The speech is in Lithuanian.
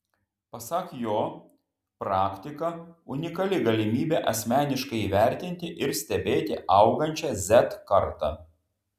pasak jo praktika unikali galimybė asmeniškai įvertinti ir stebėti augančią z kartą